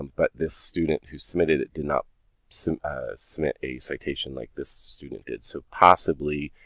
but this student who submitted it did not so submit a citation like this student did. so possibly,